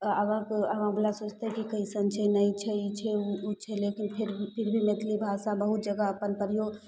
आगाँ आगाँवला सोचतै कि कइसन छै नहि छै ई छै ओ छै लेकिन फिर भी मैथिली भाषा बहुत जगह अपन प्रयोग